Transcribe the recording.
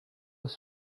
were